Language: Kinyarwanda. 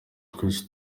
twese